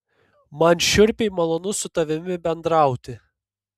man šiurpiai malonu su tavimi bendrauti